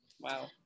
wow